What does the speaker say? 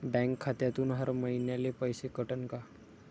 Bank खात्यातून हर महिन्याले पैसे कटन का?